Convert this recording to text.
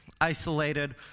isolated